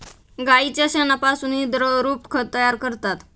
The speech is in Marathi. गाईच्या शेणापासूनही द्रवरूप खत तयार करतात